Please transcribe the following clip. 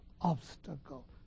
obstacle